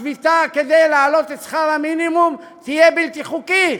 השביתה כדי להעלות את שכר המינימום תהיה בלתי חוקית.